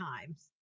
times